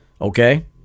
okay